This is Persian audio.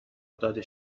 داده